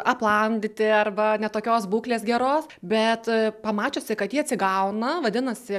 aplamdyti arba ne tokios būklės geros bet pamačiusi kad jie atsigauna vadinasi